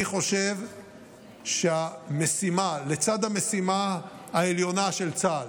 אני חושב שלצד המשימה העליונה של צה"ל,